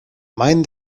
mind